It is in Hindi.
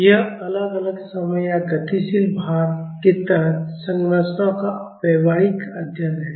यह अलग अलग समय या गतिशील भार के तहत संरचनाओं का व्यवहारिक अध्ययन है